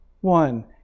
one